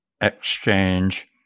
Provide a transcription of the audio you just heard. exchange